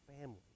family